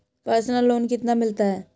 Personal loan कितना मिलता है?